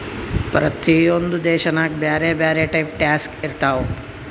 ಪ್ರತಿ ಒಂದ್ ದೇಶನಾಗ್ ಬ್ಯಾರೆ ಬ್ಯಾರೆ ಟೈಪ್ ಟ್ಯಾಕ್ಸ್ ಇರ್ತಾವ್